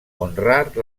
honrar